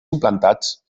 implantats